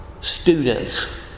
students